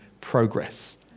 progress